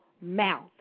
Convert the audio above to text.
mouth